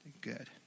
Good